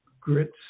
grits